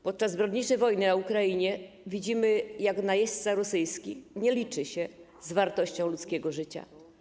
Podczas zbrodniczej wojny w Ukrainie widzimy, że najeźdźca rosyjski nie liczy się z wartością ludzkiego życia.